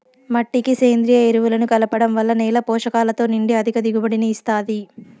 మట్టికి సేంద్రీయ ఎరువులను కలపడం వల్ల నేల పోషకాలతో నిండి అధిక దిగుబడిని ఇస్తాది